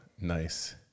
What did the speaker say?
Nice